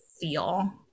feel